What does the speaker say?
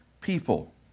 people